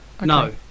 No